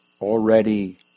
already